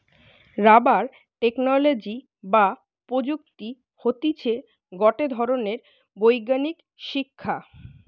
rubber technology বা প্রযুক্তি হতিছে গটে ধরণের বৈজ্ঞানিক শিক্ষা